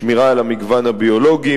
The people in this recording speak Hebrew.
שמירה על המגוון הביולוגי,